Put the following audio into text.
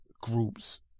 groups